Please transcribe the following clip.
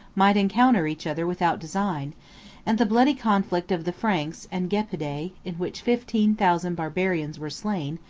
might encounter each other without design and the bloody conflict of the franks and gepidae, in which fifteen thousand barbarians were slain,